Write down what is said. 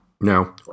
No